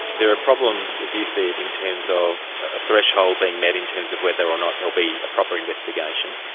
there are problems, as you see it, in terms of a threshold being met in terms of whether or not there'll be a proper investigation,